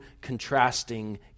contrasting